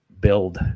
build